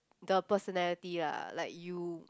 the personality lah like you